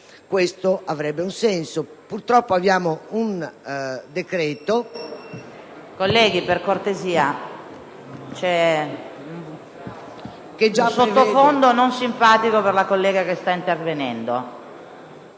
questo avrebbe un senso